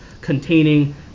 containing